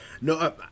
No